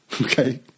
Okay